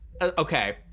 okay